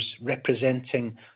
representing